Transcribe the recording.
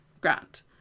Grant